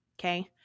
Okay